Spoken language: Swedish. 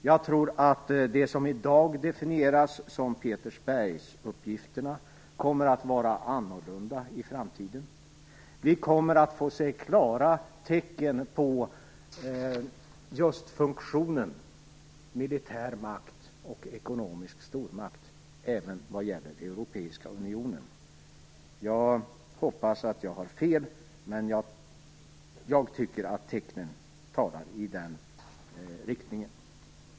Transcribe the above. Jag tror att det som i dag definieras som Petersberg-uppgifterna kommer att vara annorlunda i framtiden. Vi kommer att få se klara tecken på just funktionen militär makt och ekonomisk stormakt även vad gäller den europeiska unionen. Jag hoppas att jag har fel, men jag tycker att tecknen tyder på att vi går i den riktningen.